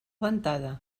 ventada